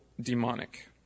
demonic